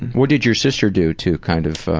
what did your sister do to kind of?